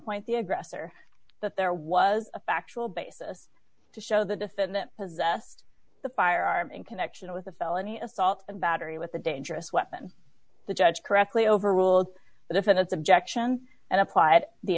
point the aggressor that there was a factual basis to show the defendant possessed the firearm in connection with a felony assault and battery with a dangerous weapon the judge correctly overruled the defendant's objections and applied the